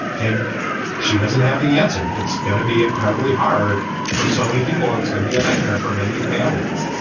and she doesn't have the answer. it's going to be incredibly hard for so many people. and it's going to be a nightmare for many families,